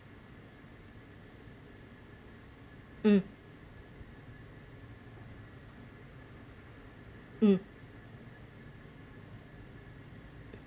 um um